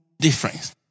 difference